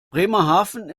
bremerhaven